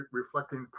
reflecting